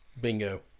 Bingo